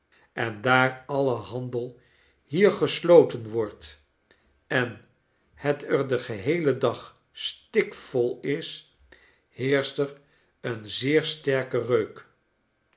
en daar alle handel hier gesloten wordt en het er den geheelen dag stikvol is heerscht er een zeer sterke reuk